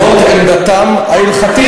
זו עמדתם ההלכתית.